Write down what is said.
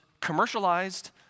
commercialized